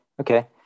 Okay